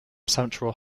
central